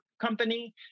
company